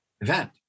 event